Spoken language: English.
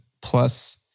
plus